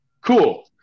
cool